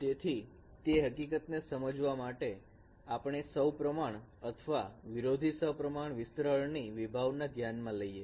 તેથી તે હકીકતને સમજવા માટે આપણે સૌ પ્રમાણ અથવા વિરોધી સપ્રમાણ વિસ્તરણની વિભાવના ધ્યાનમાં લઈએ